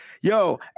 Yo